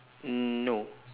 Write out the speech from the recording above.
um no